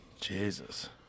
Jesus